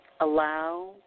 Allow